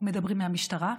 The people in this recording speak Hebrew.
מדברים מהמשטרה.